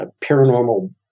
paranormal